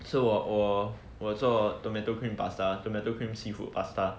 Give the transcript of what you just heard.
so 我我做 tomato cream pasta tomato cream seafood pasta